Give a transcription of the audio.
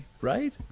right